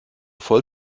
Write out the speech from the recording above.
voll